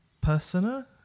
Persona